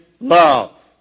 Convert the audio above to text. love